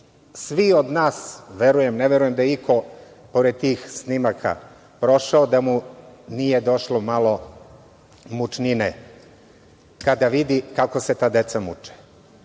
Svi od nas, ne verujem da je iko pored tih snimaka prošao, a da mu nije došlo malo mučnine kada vidi kako se ta deca muče. Evo,